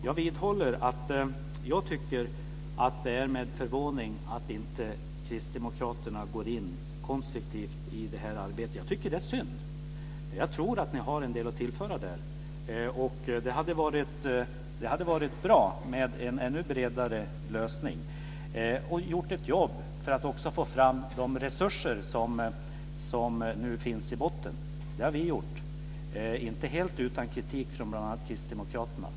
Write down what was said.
Jag vidhåller att det är förvånande att inte Kristdemokraterna går in konstruktivt i det här arbetet. Jag tycker att det är synd, för jag tror att ni har en del att tillföra där. Det hade varit bra med en ännu bredare lösning. Då hade ni kunnat vara med och göra ett jobb för att få fram de resurser som nu finns i botten. Det har vi gjort, inte helt utan kritik från bl.a. Kristdemokraterna.